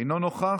אינו נוכח,